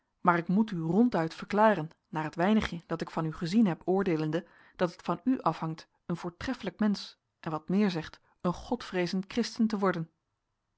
maar ik moet u ronduit verklaren naar het weinigje dat ik van u gezien heb oordeelende dat het van u afhangt een voortreffelijk mensch en wat meer zegt een godvreezend christen te worden